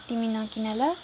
तिमी नकिन ल